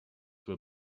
were